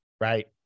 right